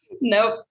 Nope